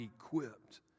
equipped